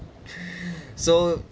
so